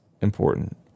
important